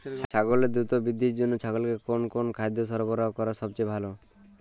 ছাগলের দ্রুত বৃদ্ধির জন্য ছাগলকে কোন কোন খাদ্য সরবরাহ করা সবচেয়ে ভালো?